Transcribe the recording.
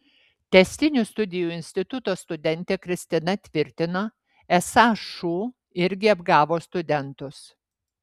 tęstinių studijų instituto studentė kristina tvirtino esą šu irgi apgavo studentus